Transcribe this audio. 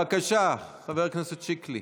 בבקשה, חבר הכנסת שיקלי.